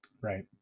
right